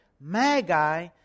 Magi